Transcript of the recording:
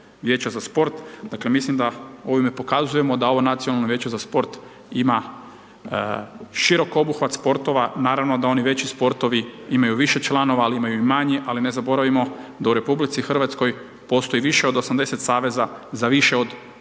vijeća za sport. Dakle mislim da ovime pokazujemo da ovo Nacionalno vijeće za sport ima širok obuhvat sportova. Naravno da oni veći sportovi imaju više članova ali imaju i manje ali ne zaboravimo da u RH postoji više od 80 saveza za više od 100